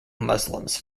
muslims